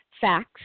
facts